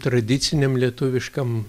tradiciniam lietuviškam